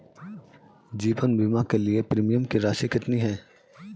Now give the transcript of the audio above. जीवन बीमा के लिए प्रीमियम की राशि कितनी है?